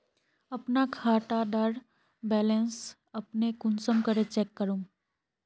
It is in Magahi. अपना खाता डार बैलेंस अपने कुंसम करे चेक करूम?